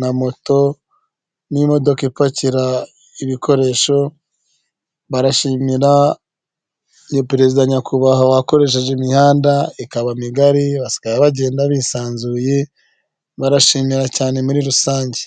na moto, n'imodoka ipakira ibikoresho, barashimira perezida nyakubahwa wakoresheje imihanda ikaba migari basigaye bagenda bisanzuye barashimira cyane muri rusange.